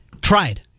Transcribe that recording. Tried